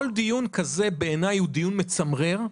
כל דיון כזה בעיניי הוא דיון מצמרר,